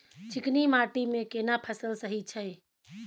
चिकनी माटी मे केना फसल सही छै?